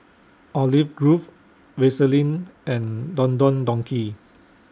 Olive Grove Vaseline and Don Don Donki